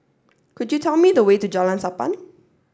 could you tell me the way to Jalan Sappan